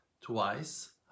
twice